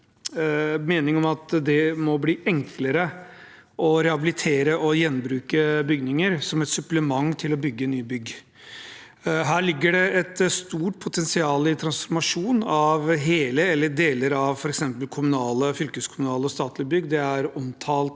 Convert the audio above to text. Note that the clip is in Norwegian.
mening om at det må bli enklere å rehabilitere og gjenbruke bygninger som et supplement til å bygge nybygg. Her ligger det et stort potensial i transformasjon av hele eller deler av f.eks. kommunale, fylkeskommunale og statlige bygg. Det er omtalt